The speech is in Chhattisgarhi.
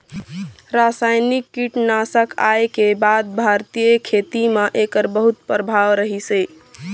रासायनिक कीटनाशक आए के बाद भारतीय खेती म एकर बहुत प्रभाव रहीसे